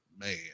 Man